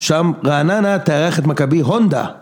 שם רעננה תארח את מכבי הונדה